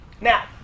Now